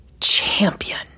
champion